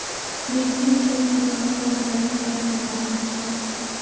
कृषि ऋण किसानो रो जमीन पर निर्धारित छै